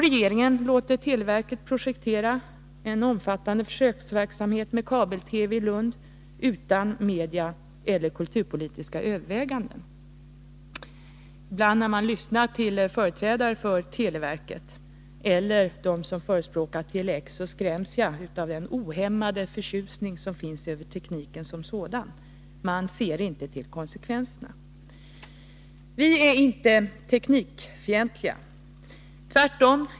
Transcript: Regeringen låter televerket projektera en omfattande försöksverksamhet med kabel-TV i Lund, utan att medieeller kulturpolitiska överväganden dessförinnan gjorts. Ibland när jag lyssnar till företrädare för televerket eller till dem som förespråkar Tele-X skräms jag av den ohämmade förtjusning som finns över tekniken som sådan. De ser inte konsekvenserna. Vi är inte teknikfientliga, tvärtom.